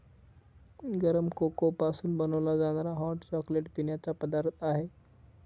गरम कोको पासून बनवला जाणारा हॉट चॉकलेट पिण्याचा पदार्थ आहे